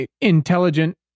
intelligent